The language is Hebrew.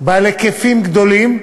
בעלות היקפים גדולים,